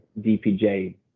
DPJ